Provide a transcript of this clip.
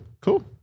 Cool